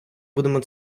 будемо